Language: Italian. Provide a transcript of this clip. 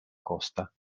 costa